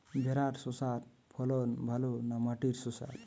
ভেরার শশার ফলন ভালো না মাটির শশার?